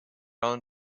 own